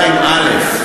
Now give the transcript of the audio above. אתה באמת מאמין בזה?